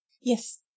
Yes